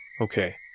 Okay